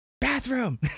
Bathroom